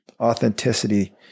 authenticity